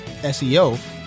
SEO